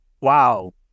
wow